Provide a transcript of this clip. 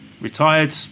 retired